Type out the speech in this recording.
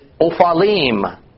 Ophalim